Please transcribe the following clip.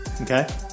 Okay